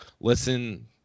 listen